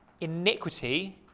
Iniquity